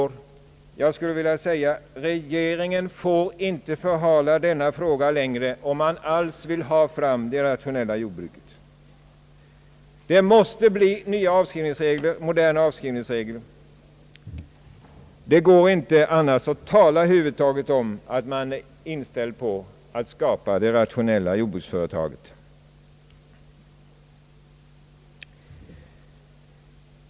Regeringen får emellertid inte förhala detia längre om man över huvud taget vill ha fram det rationella jordbruket. Det måste bli nya och moderna avskrivningsregler, annars går det över huvud taget inte att tala om att man är inställd på att skapa det rationella jordbruksföretaget.